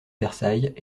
versailles